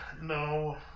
No